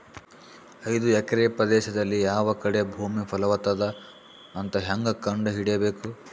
ಐದು ಎಕರೆ ಪ್ರದೇಶದಲ್ಲಿ ಯಾವ ಕಡೆ ಭೂಮಿ ಫಲವತ ಅದ ಅಂತ ಹೇಂಗ ಕಂಡ ಹಿಡಿಯಬೇಕು?